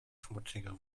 schmutziger